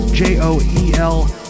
J-O-E-L